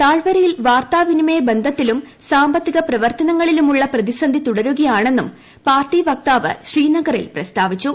താഴ്വരയിൽവാർത്താവി നിമയ ബന്ധത്തിലും സാമ്പത്തിക പ്രവർത്തനങ്ങളിലുമുള്ള പ്രതിസന്ധിതുടരുകയാണെന്നും പാർട്ടിവക്താവ് ശ്രീനഗറിൽ പ്രസ്താവിച്ചു